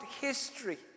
history